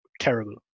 terrible